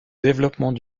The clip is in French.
développement